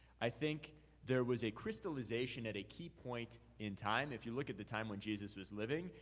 i think there was a crystallization at a key point in time. if you look at the time when jesus was living,